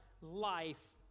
life